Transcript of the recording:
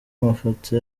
mafoto